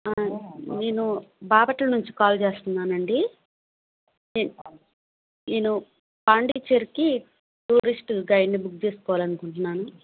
నేను బాపట్ల నుంచి కాల్ చేస్తున్నాను అండి నేన్ నేను పాండిచ్చేరికి టూరిస్ట్ గైడ్ని బుక్ చేసుకోవాలి అనుకుంటున్నాను